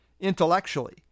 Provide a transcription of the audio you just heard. intellectually